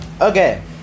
Okay